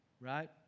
right